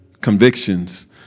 convictions